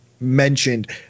mentioned